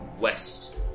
west